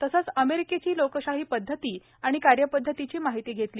तसेच अमेरिकेची लोकशाही पद्वती कार्यपद्वतीची माहिती घेतली